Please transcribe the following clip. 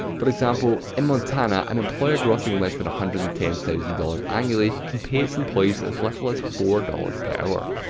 for example, in montana, an employer grossing less than one hundred and ten thousand dollars annually, can pay its employees as little as four dollars per hour.